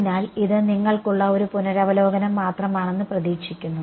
അതിനാൽ ഇത് നിങ്ങൾക്കുള്ള ഒരു പുനരവലോകനം മാത്രമാണെന്ന് പ്രതീക്ഷിക്കുന്നു